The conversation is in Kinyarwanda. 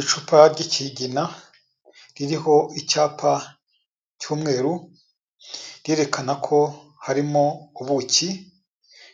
Icupa ry'ikigina, ririho icyapa cy'umweru, rirerekana ko harimo ubuki